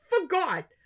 forgot